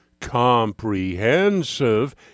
comprehensive